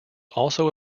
also